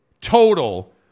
Total